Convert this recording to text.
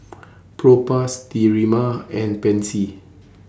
Propass Sterimar and Pansy